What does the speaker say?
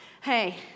hey